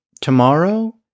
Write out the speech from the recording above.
tomorrow